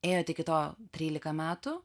ėjot iki to trylika metų